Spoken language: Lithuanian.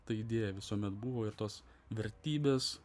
tai deja visuomet buvo ir tos vertybės